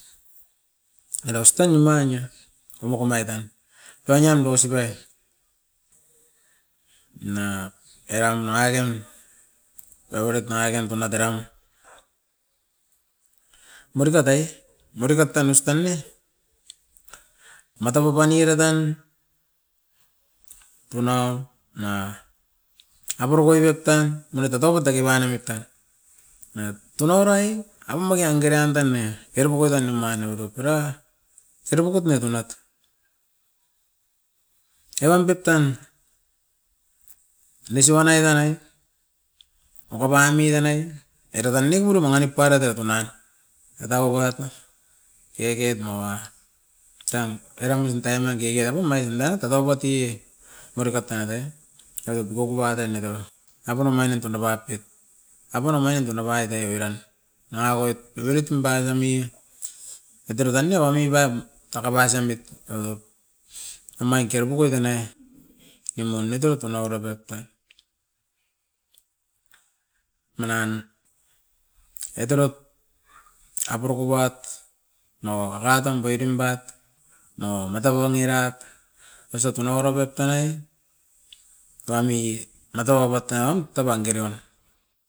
Era ostan niman ia, omokomai tan tuaniam doisipai na eram nangaken favret nangaken tunai deran moritat ai, moritat tan aus tan ne matau apan diki tat tan tunau, na oborokoi pep tan mani tatau ko toki panoimit tan. Na tunaurai, au magean girean tan ne era pokoi tan omain oboropira, era pokot ne tunat. Eram pep tan nisiban nai danai, okopamit danai era tan ne muru mangi nip pariet ai tunai. Tatau koat na keke tunaua taim, eram oin taim a keke era pum mai oinda kakau bati e maurikat tan atai, oropiokupanet awa apen omain oit tunapa tit. Apun omain tunapa itoi piran, nanga oit faveritim baitamia edara tan ne owa niupat kakapais amit. Eva top, amai kero pukua tanai emion ni tot onaura boit tan, manan oit arot apuruku pat maua kakatim boirimpat nao matako nirat iosa tunauaro pep tanai, tuami matau abot taiam, tabang gerion.